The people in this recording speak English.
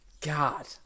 god